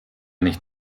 nicht